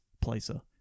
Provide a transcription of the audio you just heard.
placer